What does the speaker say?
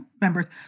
members